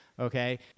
Okay